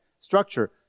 structure